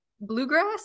bluegrass